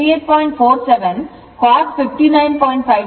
47 cos 59